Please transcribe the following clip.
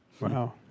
Wow